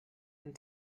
and